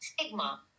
stigma